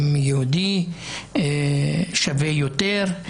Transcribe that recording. האם יהודי שווה יותר?